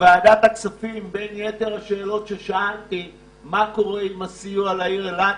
בוועדה הכספים שאלתי מה קורה עם הסיוע לעיר אילת.